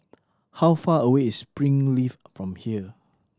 how far away is Springleaf from here